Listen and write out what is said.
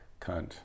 cunt